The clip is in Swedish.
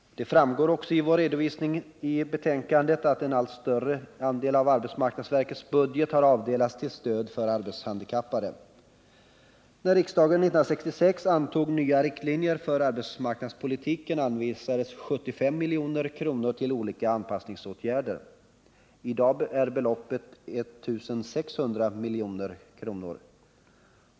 Det framgår också i vår redovisning i betänkandet att en allt större andel av arbetsmarknadsverkets budget har avdelats till stöd för arbetshandikappade. När riksdagen 1966 antog nya riktlinjer för arbetsmarknadspolitiken, anvisades 75 milj.kr. till olika anpassningsåtgärder. I dag är beloppet 1 600 milj.kr.